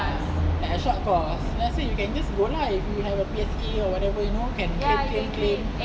like a short course then I said you can just go lah if you have a P_S_E_A or whatever you know lah can claim claim claim